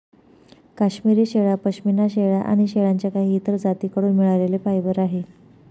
काश्मिरी शेळ्या, पश्मीना शेळ्या आणि शेळ्यांच्या काही इतर जाती कडून मिळालेले फायबर आहे